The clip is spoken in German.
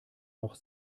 noch